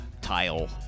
tile